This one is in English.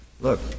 look